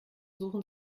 suchen